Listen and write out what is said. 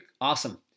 awesome